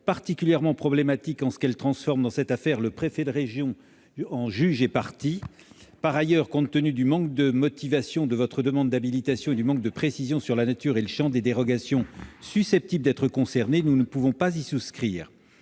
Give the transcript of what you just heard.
particulièrement problématique en ce qu'elle fait que le préfet de région est dans cette affaire à la fois juge et partie. Par ailleurs, compte tenu du manque de motivation de votre demande d'habilitation et du manque de précision sur la nature et le champ des dérogations susceptibles d'être concernées, nous ne pouvons pas y souscrire.